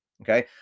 okay